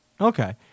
Okay